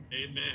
amen